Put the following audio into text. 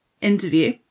interview